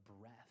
breath